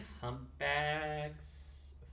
humpbacks